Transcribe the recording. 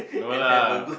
no lah